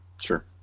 Sure